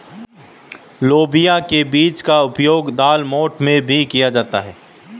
लोबिया के बीज का प्रयोग दालमोठ में भी किया जाता है